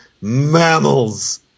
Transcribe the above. Mammals